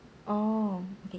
orh okay